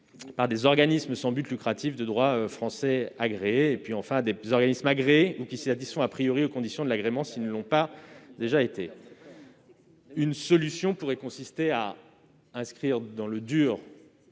des organismes sans but lucratif de droit français agréés et, enfin, des organismes agréés ou qui satisfont aux conditions de l'agrément s'ils ne l'ont pas déjà. Une solution pourrait consister à inscrire directement